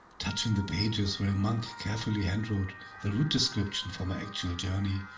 touching the pages, where a monk carefully handwrote the route description for my actual journey,